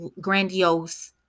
grandiose